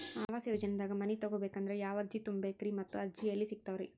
ಆವಾಸ ಯೋಜನೆದಾಗ ಮನಿ ತೊಗೋಬೇಕಂದ್ರ ಯಾವ ಅರ್ಜಿ ತುಂಬೇಕ್ರಿ ಮತ್ತ ಅರ್ಜಿ ಎಲ್ಲಿ ಸಿಗತಾವ್ರಿ?